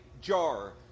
jar